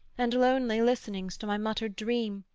and lonely listenings to my muttered dream,